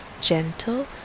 gentle